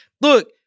look